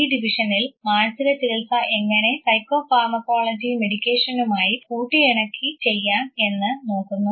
ഈ ഡിവിഷനിൽ മാനസിക ചികിത്സ എങ്ങനെ സൈക്കോ ഫാർമക്കോളജി മെഡിക്കേഷനുമായി കൂട്ടിയിണക്കി ചെയ്യാം എന്ന് നോക്കുന്നു